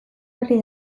berri